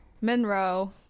Monroe